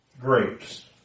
grapes